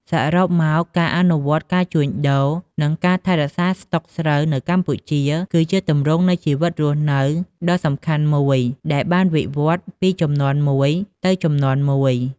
សរុបមក ការអនុវត្តក្នុងការជួញដូរ និងការថែរក្សាស្តុកស្រូវនៅកម្ពុជា គឺជាទម្រង់នៃជីវភាពរស់នៅដ៏សំខាន់មួយ ដែលបានវិវឌ្ឍន៍ពីជំនាន់មួយទៅជំនាន់មួយ។